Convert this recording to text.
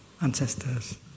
ancestors